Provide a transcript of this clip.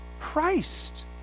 Christ